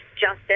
justice